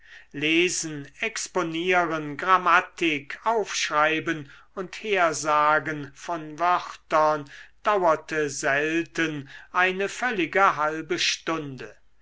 lesen exponieren grammatik aufschreiben und hersagen von wörtern dauerte selten eine völlige halbe stunde